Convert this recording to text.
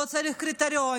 לא צריכה קריטריונים,